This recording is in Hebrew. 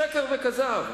שקר וכזב.